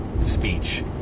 speech